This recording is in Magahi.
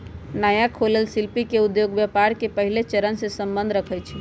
नया खोलल शिल्पि उद्योग व्यापार के पहिल चरणसे सम्बंध रखइ छै